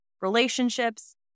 relationships